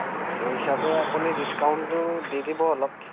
সেই হিচাপে আপুনি ডিছকাউণ্টটো দি দিব অলপ